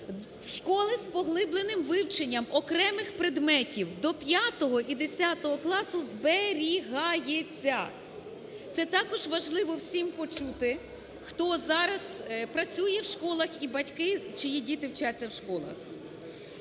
школи з поглибленим вивченням окремих предметів до 5-го і 10-го класу зберігається. Це також важливо всім почути, хто зараз працює в школах, і батьки, чиї діти вчаться в школах.